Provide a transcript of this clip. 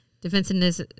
Defensiveness